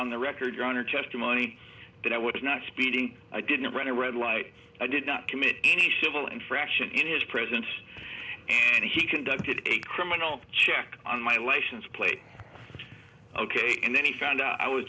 on the record your honor testimony that i was not speeding i didn't run a red light i did not commit any civil infraction in his presence and he conducted a criminal check on my license plate ok and then he found out i was